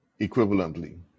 equivalently